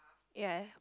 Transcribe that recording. ya